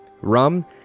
Rum